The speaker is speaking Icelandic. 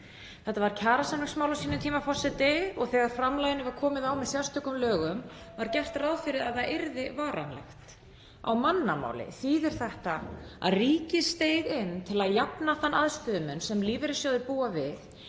Þetta var kjarasamningsmál á sínum tíma og þegar framlaginu var komið á með sérstökum lögum var gert ráð fyrir að það yrði varanlegt. Á mannamáli þýðir þetta að ríkið steig inn til að jafna þann aðstöðumun sem lífeyrissjóðir búa við